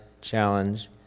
challenge